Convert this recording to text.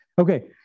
Okay